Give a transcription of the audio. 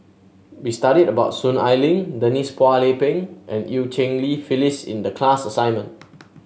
we studied about Soon Ai Ling Denise Phua Lay Peng and Eu Cheng Li Phyllis in the class assignment